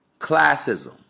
classism